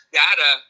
data